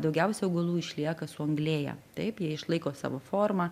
daugiausia augalų išlieka suanglėję taip jie išlaiko savo formą